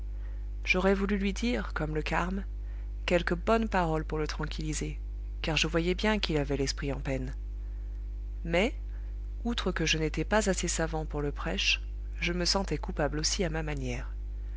j'aurais voulu lui dire comme le carme quelque bonne parole pour le tranquilliser car je voyais bien qu'il avait l'esprit en peine mais outre que je n'étais pas assez savant pour le prêche je me sentais coupable aussi à ma manière